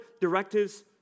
directives